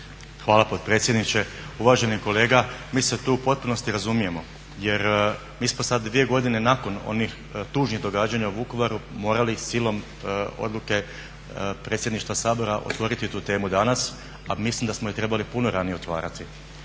Hvala potpredsjedniče. Uvaženi kolega, mi se tu u potpunosti razumijemo jer mi smo sad 2 godine nakon onih tužnih događanja u Vukovaru morali silom odluke predsjedništva Sabora otvoriti tu temu danas, a mislim da smo je trebali puno ranije otvarati.